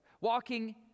Walking